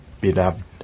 beloved